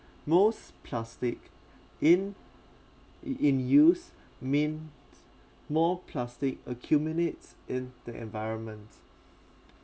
most plastic in in in use main more plastic accumulates in the environment